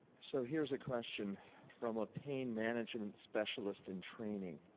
so, here's a question from a pain management specialist in training